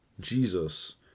Jesus